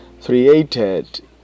created